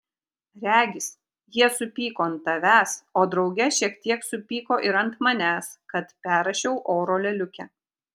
regis jie supyko ant tavęs o drauge šiek tiek supyko ir ant manęs kad perrašiau oro lėliukę